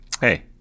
hey